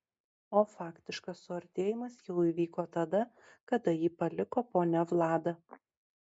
o faktiškas suartėjimas jau įvyko tada kada jį paliko ponia vlada